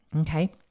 Okay